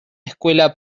escuela